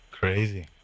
Crazy